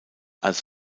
als